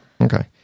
Okay